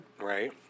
Right